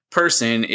person